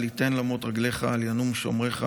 אל יתן למוט רגלך, אל ינום שמרך.